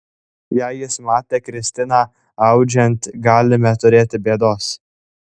jei jis matė kristiną audžiant galime turėti bėdos